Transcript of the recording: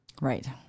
Right